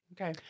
Okay